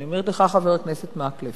ואני אומרת לך, חבר הכנסת מקלב,